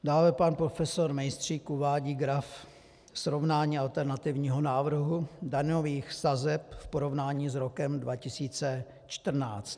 Dále pan prof. Mejstřík uvádí graf Srovnání alternativního návrhu daňových sazeb v porovnání s rokem 2014.